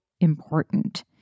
important